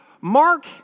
Mark